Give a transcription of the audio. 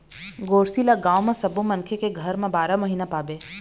गोरसी ल गाँव म सब्बो मनखे के घर म बारा महिना पाबे